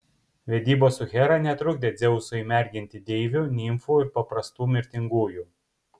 vedybos su hera netrukdė dzeusui merginti deivių nimfų ir paprastų mirtingųjų